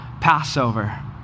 Passover